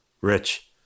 Rich